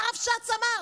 והרבש"ץ אמר: